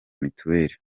mituweli